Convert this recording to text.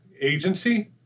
agency